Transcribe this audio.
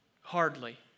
Hardly